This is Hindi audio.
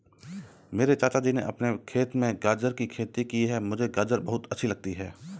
मेरे चाचा जी ने अपने खेत में गाजर की खेती की है मुझे गाजर बहुत अच्छी लगती है